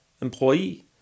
employee